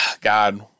God